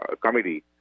committee